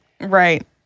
Right